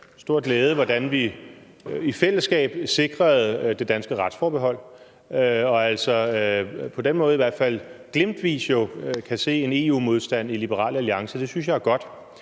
stor glæde, hvordan vi i fællesskab sikrede det danske retsforbehold. Og på den måde kan man jo i hvert fald glimtvis se en EU-modstand hos Liberal Alliance – det synes jeg er godt.